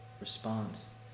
response